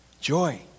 Joy